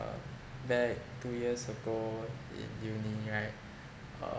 back two years ago in uni right uh